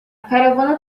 caravana